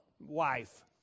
wife